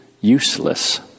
useless